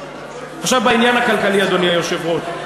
עכשיו בעניין הכלכלי, אדוני היושב-ראש.